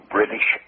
British